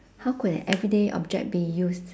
how could an everyday object be used